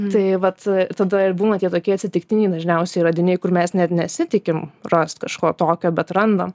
tai vat tada ir būna tie tokie atsitiktiniai dažniausiai radiniai kur mes net nesitikim rast kažko tokio bet randam